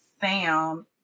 sound